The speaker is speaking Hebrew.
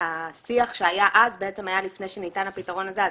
השיח שהיה אז בעצם היה לפני שניתן הפתרון הזה.